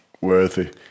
worthy